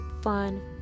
fun